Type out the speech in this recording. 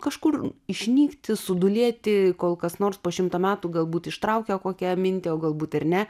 kažkur išnykti sudūlėti kol kas nors po šimto metų galbūt ištraukia kokią mintį o galbūt ir ne